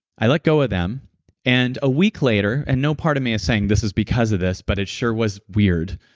i let go of ah them and a week later, and no part of me is saying this is because of this but it sure was weird,